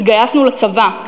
התגייסנו לצבא,